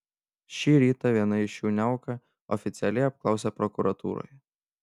šį rytą vieną iš jų niauka oficialiai apklausė prokuratūroje